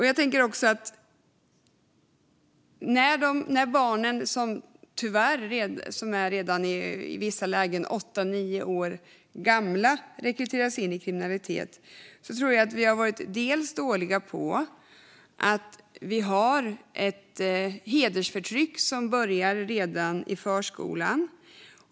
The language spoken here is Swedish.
Jag tänker också att när barn, ibland tyvärr bara åtta nio år gamla, rekryteras in i kriminalitet har vi nog varit dåliga på att hantera ett hedersförtryck som börjar redan i förskolan.